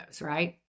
right